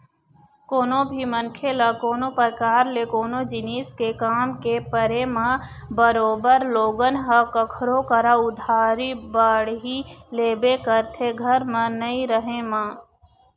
कोनो भी मनखे ल कोनो परकार ले कोनो जिनिस के काम के परे म बरोबर लोगन ह कखरो करा उधारी बाड़ही लेबे करथे घर म नइ रहें म